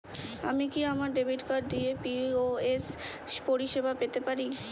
আমি কি আমার ডেবিট কার্ড দিয়ে পি.ও.এস পরিষেবা পেতে পারি?